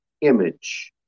image